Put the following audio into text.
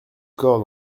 corps